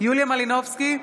יוליה מלינובסקי,